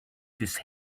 this